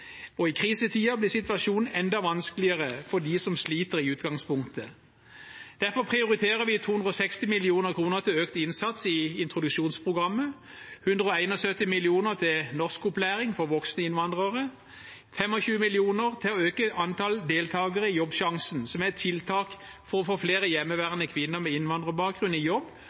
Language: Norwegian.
og i krisetider blir situasjonen enda vanskeligere for dem som sliter i utgangspunktet. Derfor prioriterer vi 260 mill. kr til økt innsats i introduksjonsprogrammet, 171 mill. kr til norskopplæring for voksne innvandrere, 25 mill. kr til å øke antall deltakere i Jobbsjansen, som er et tiltak for å få flere hjemmeværende kvinner med innvandrerbakgrunn i jobb,